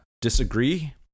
disagree